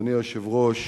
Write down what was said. אדוני היושב-ראש,